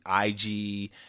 IG